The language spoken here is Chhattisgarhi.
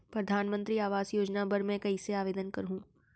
परधानमंतरी आवास योजना बर मैं कइसे आवेदन करहूँ?